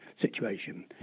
situation